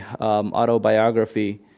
autobiography